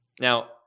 Now